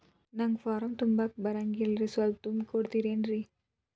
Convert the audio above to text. ನಂಗ ಫಾರಂ ತುಂಬಾಕ ಬರಂಗಿಲ್ರಿ ಸ್ವಲ್ಪ ತುಂಬಿ ಕೊಡ್ತಿರೇನ್ರಿ?